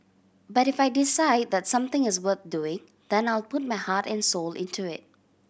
but if I decide that something is worth doing then I'll put my heart and soul into it